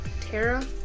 Tara